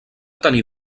tenir